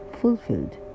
fulfilled